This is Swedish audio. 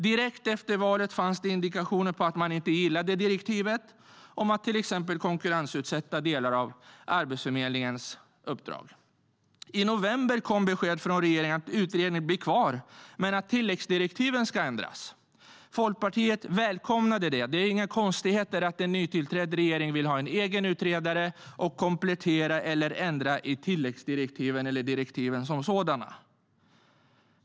Direkt efter valet fanns indikationer på att man inte gillade direktivet om att till exempel konkurrensutsätta delar av Arbetsförmedlingens uppdrag.I november kom besked från regeringen om att utredningen blir kvar men att tilläggsdirektiven ska ändras. Folkpartiet välkomnade det. Det är inte konstigt att en nytillträdd regering vill ha en egen utredare och komplettera eller ändra i tilläggsdirektiven eller direktiven som sådana.